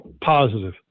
positive